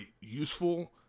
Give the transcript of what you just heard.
useful